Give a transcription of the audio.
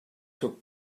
took